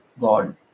God